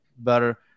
better